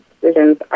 decisions